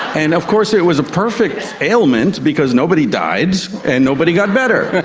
and of course it was a perfect ailment because nobody died and nobody got better,